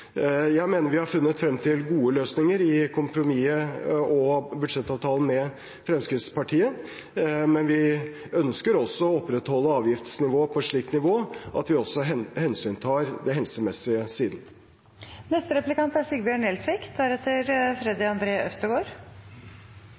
kompromisset og budsjettavtalen med Fremskrittspartiet, men vi ønsker å opprettholde avgiftene på et slikt nivå at vi også hensyntar den helsemessige